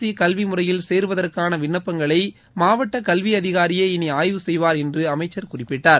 இ கல்வி முறையில் சேருவதற்கான விண்ணப்பங்களை மாவட்ட கல்வி அதிகாரியே இனி ஆய்வு செய்வார் என்று அமைச்சர் குறிப்பிட்டார்